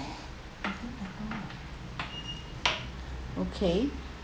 okay